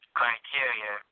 criteria